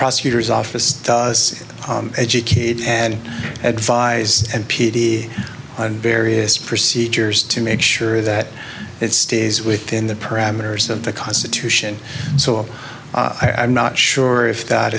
prosecutor's office does educate and advise and p d and various procedures to make sure that it stays within the parameters of the constitution so i'm not sure if that